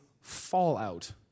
fallout